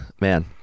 man